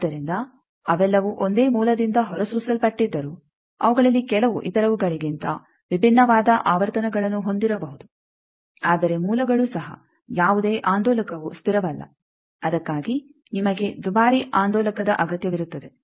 ಆದ್ದರಿಂದ ಅವೆಲ್ಲವೂ ಒಂದೇ ಮೂಲದಿಂದ ಹೊರಸೂಸಲ್ಪಟ್ಟಿದ್ದರೂ ಅವುಗಳಲ್ಲಿ ಕೆಲವು ಇತರವುಗಳಿಗಿಂತ ವಿಭಿನ್ನವಾದ ಆವರ್ತನಗಳನ್ನು ಹೊಂದಿರಬಹುದು ಆದರೆ ಮೂಲಗಳು ಸಹ ಯಾವುದೇ ಆಂದೋಲಕವು ಸ್ಥಿರವಲ್ಲ ಅದಕ್ಕಾಗಿ ನಿಮಗೆ ದುಬಾರಿ ಆಂದೋಲಕದ ಅಗತ್ಯವಿರುತ್ತದೆ